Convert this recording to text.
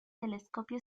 telescopio